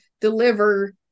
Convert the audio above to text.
deliver